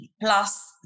plus